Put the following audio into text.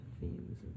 themes